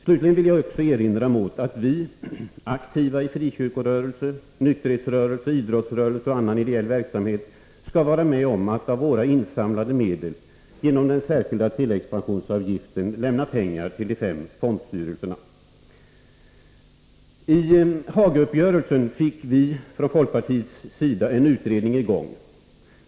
Slutligen vill jag erinra mot att vi aktiva i frikyrkorörelse, nykterhetsrörelse, idrottsrörelse och annan ideell verksamhet skall vara med om att av våra insamlade medel genom den särskilda tilläggspensionsavgiften lämna pengar till de fem fondstyrelserna. I samband med Hagauppgörelsen fick vi från folkpartiets sida i gång en utredning.